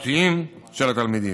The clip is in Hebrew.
ההתפתחותיים של התלמידים.